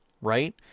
right